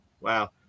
wow